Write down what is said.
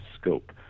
scope